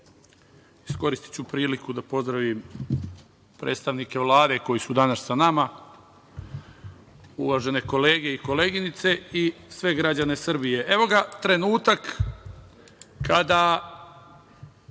Orliću. Iskoristiću priliku da pozdravim predstavnike Vlade koji su danas sa nama, uvažene kolege i koleginice i sve građane Srbije. Evo ga trenutak kada